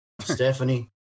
Stephanie